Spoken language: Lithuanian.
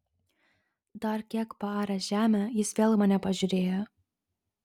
dar kiek paaręs žemę jis vėl į mane pažiūrėjo